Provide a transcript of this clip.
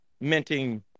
minting